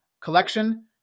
collection